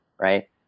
Right